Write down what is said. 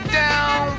down